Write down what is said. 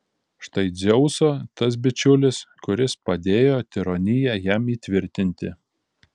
štai dzeuso tas bičiulis kuris padėjo tironiją jam įtvirtinti